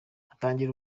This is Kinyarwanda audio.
atangira